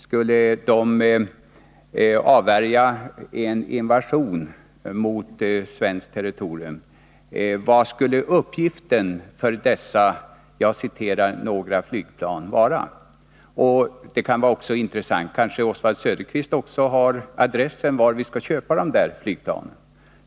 Skulle de avvärja en invasion mot svenskt territorium? Vad skulle uppgiften för dessa ”några flygplan” vara? Det kunde också vara intressant att få veta var vi skulle köpa dessa flygplan. Oswald Söderqvist kanske har adressen.